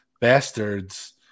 Bastards